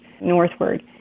northward